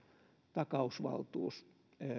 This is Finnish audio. takausvaltuus